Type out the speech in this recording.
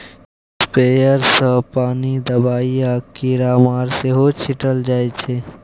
sprayer सँ पानि, दबाइ आ कीरामार सेहो छीटल जाइ छै